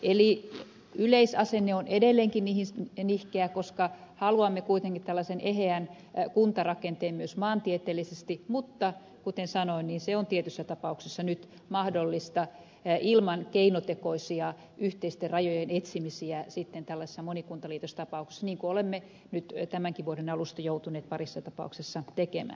eli yleisasenne on edelleenkin niihin nihkeä koska haluamme kuitenkin tällaisen eheän kuntarakenteen myös maantieteellisesti mutta kuten sanoin se on tietyssä tapauksessa nyt mahdollista ilman keinotekoisia yhteisten rajojen etsimisiä tällaisissa monikuntaliitostapauksissa niin kuin olemme nyt tämänkin vuoden alusta joutuneet parissa tapauksessa tekemään